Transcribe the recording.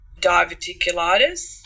diverticulitis